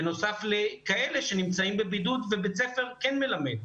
בנוסף לכאלו שנמצאים בבידוד ובית הספר כן מלמד.